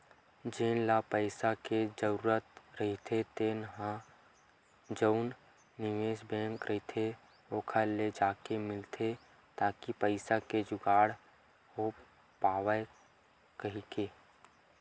जेन ल पइसा के जरूरत रहिथे तेन ह जउन निवेस बेंक रहिथे ओखर ले जाके मिलथे ताकि पइसा के जुगाड़ हो पावय कहिके